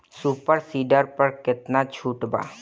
Super seeder पर केतना छूट बा?